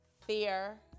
fear